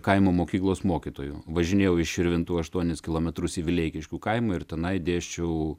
kaimo mokyklos mokytoju važinėjau iš širvintų aštuonis kilometrus į vileikiškių kaimą ir tenai dėsčiau